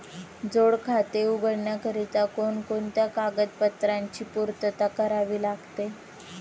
जोड खाते उघडण्याकरिता कोणकोणत्या कागदपत्रांची पूर्तता करावी लागते?